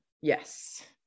Yes